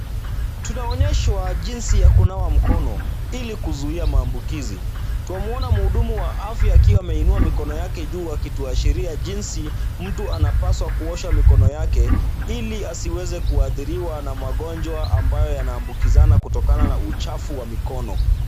Tunaonyeshwa jinsi ya kunawa mkono ili kuzuia maambukizi. Twamuona muhudumu wa afya akiwa ameinua mikono yake juu akituashiria jinsi mtu anapaswa kuosha mikono yake ili asiweze kuathiriwa na magonjwa ambayo yanaambukizana kutokana na uchafu wa mikono.